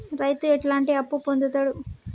రైతు ఎట్లాంటి అప్పు పొందుతడు?